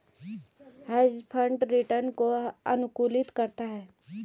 hedge fund return को अनुकूलित करता है